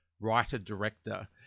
writer-director